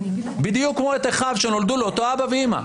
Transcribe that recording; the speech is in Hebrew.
בדיוק כמו את אחיו שנולדו לאותו אבא ואימא,